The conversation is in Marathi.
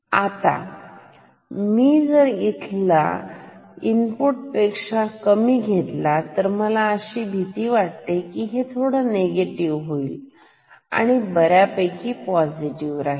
आता मी जर इथला पेक्षा कमी केले तर काय होईल अशी भीती वाटते परंतु हे थोड निगेटिव्ह आहे आणि बऱ्यापैकी पॉझिटिव ठीक